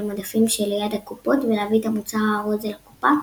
המדפים שליד הקופות ולהביא את המוצר הארוז אל הקופה,